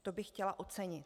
To bych chtěla ocenit.